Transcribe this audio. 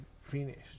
finished